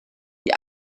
die